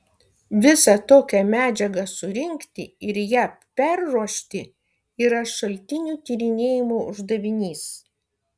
visą tokią medžiagą surinkti ir ją perruošti yra šaltinių tyrinėjimo uždavinys